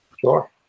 Sure